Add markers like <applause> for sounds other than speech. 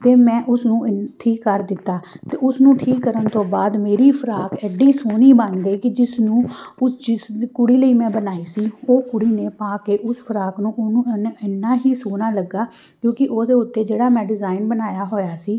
ਅਤੇ ਮੈਂ ਉਸ ਨੂੰ <unintelligible> ਠੀਕ ਕਰ ਦਿੱਤਾ ਅਤੇ ਉਸਨੂੰ ਠੀਕ ਕਰਨ ਤੋਂ ਬਾਅਦ ਮੇਰੀ ਫਰਾਕ ਐਡੀ ਸੋਹਣੀ ਬਣ ਗਈ ਕਿ ਜਿਸਨੂੰ ਉਹ ਜਿਸ ਕੁੜੀ ਲਈ ਮੈਂ ਬਣਾਈ ਸੀ ਉਹ ਕੁੜੀ ਨੇ ਪਾ ਕੇ ਉਸ ਫਰਾਕ ਨੂੰ ਉਹਨੂੰ ਉਹਨੇ ਇੰਨਾ ਹੀ ਸੋਹਣਾ ਲੱਗਾ ਕਿਉਂਕਿ ਉਹਦੇ ਉੱਤੇ ਜਿਹੜਾ ਮੈਂ ਡਿਜ਼ਾਇਨ ਬਣਾਇਆ ਹੋਇਆ ਸੀ